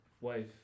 wife